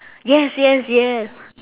yes yes yes